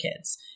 kids